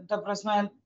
ta prasme